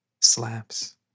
slaps